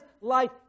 life